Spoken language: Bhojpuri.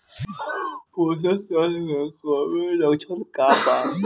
पोषक तत्व के कमी के लक्षण का वा?